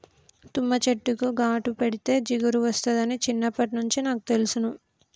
తుమ్మ చెట్టుకు ఘాటు పెడితే జిగురు ఒస్తాదని చిన్నప్పట్నుంచే నాకు తెలుసును